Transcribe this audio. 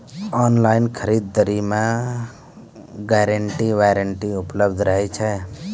Online खरीद दरी मे गारंटी वारंटी उपलब्ध रहे छै?